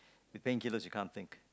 with painkillers you can't think